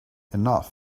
enough